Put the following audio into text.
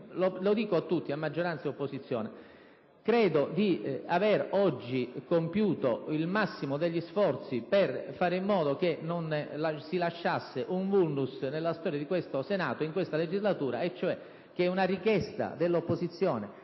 rivolgo a tutti, maggioranza e opposizione - se dico che ritengo di aver oggi compiuto il massimo degli sforzi per fare in modo che non si lasciasse un *vulnus* nella storia di questo Senato in questa legislatura, e cioè che una richiesta dell'opposizione